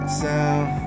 sound